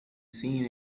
seen